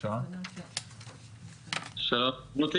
שלום.